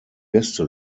beste